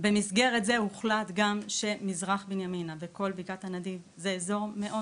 במסגרת זה הוחלט גם שמזרח בנימינה וכל בקעת הנדיב זה אזור מאוד